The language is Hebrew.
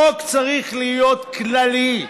חוק צריך להיות כללי,